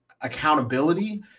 accountability